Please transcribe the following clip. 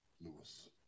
Lewis